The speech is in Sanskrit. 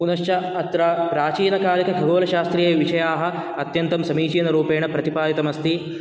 पुनश्च अत्र प्रचीनकालीक शास्त्रीयविषयाः अत्यन्तं समीचीनरूपेण प्रतिपादितमस्ति